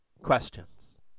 questions